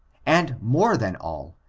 and more than all,